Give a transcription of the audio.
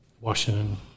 Washington